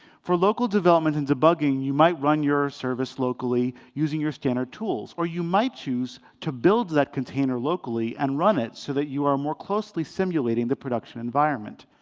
for local development and debugging, you might run your service locally using your standard tools, or you might choose to build that container locally and run it so that you are more closely simulating the production environment.